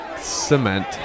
cement